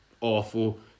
awful